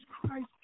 Christ